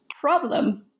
problem